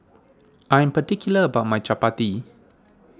I'm particular about my Chapati